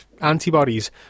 antibodies